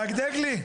מדגדג לי.